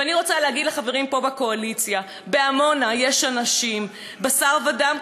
ואני רוצה להגיד לחברים בקואליציה פה: בעמונה יש אנשים בשר ודם,